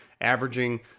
averaging